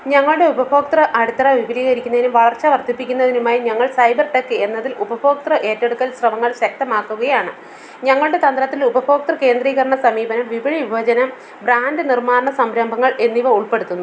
ഞങ്ങളുടെ ഉപഭോക്തൃ അടിത്തറ വിപുലീകരിക്കുന്നതിനും വളർച്ച വർദ്ധിപ്പിക്കുന്നതിനുമായി ഞങ്ങൾ സൈബർ ടെക് എന്നതിൽ ഉപഭോക്തൃ ഏറ്റെടുക്കൽ ശ്രമങ്ങൾ ശക്തമാക്കുകയാണ് ഞങ്ങളുടെ തന്ത്രത്തിൽ ഉപഭോക്തൃ കേന്ദ്രീകരണ സമീപനം വിപണി വിഭജനം ബ്രാൻഡ് നിർമ്മാണ സംരംഭങ്ങൾ എന്നിവ ഉൾപ്പെടുത്തുന്നു